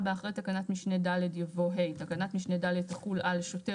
(4) אחרי תקנה משנה (ד) יבוא: (ה) תקנת משנה (ד) תחול על שוטר